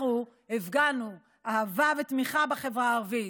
אנחנו הפגנו אהבה ותמיכה בחברה הערבית,